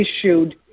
issued